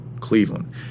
Cleveland